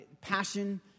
passion